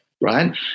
right